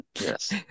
Yes